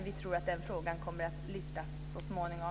Vi tror att den frågan kommer att lyftas fram så småningom.